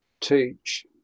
teach